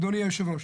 אדוני יושב הראש,